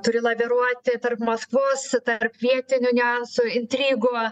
turi laviruoti tarp maskvos tarp vietinių niuansų intrigų